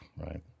right